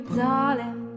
darling